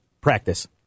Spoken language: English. practice